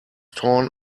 torn